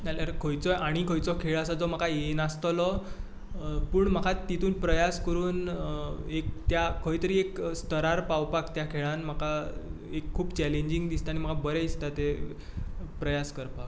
नाजाल्यार खंयचोय आनीक खंयचो खेळ आसा जो म्हाका येयनासतलो पूण म्हाका तितूंत प्रयास करून एक त्या खंय तरी एक स्तरार पावपाक त्या खेळांत म्हाका एक खूब चेलेंजींग दिसता आनी म्हाका खूब बरें दिसता ते प्रयास करपाक